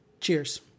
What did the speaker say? Cheers